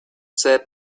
said